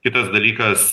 kitas dalykas